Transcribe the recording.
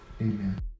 amen